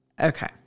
Okay